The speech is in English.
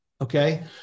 okay